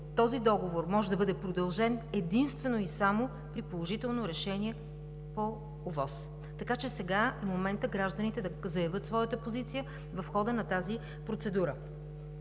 този договор може да бъде продължен единствено и само при положително решение по ОВОС. Така че сега е моментът гражданите да заявят своята позиция в хода на тази процедура.